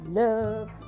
love